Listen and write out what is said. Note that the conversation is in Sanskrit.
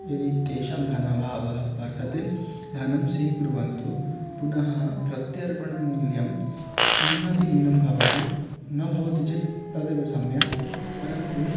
यदि तेषां धनाभावः वर्तते धनं स्वीकुर्वन्तु पुनः प्रत्यर्पणमूल्यं न्यूनातिन्यूनं भवतु न भवतु चेत् तदेव सम्यक् परन्तु